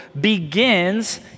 begins